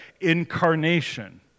incarnation